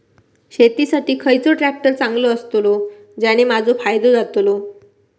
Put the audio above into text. शेती साठी खयचो ट्रॅक्टर चांगलो अस्तलो ज्याने माजो फायदो जातलो?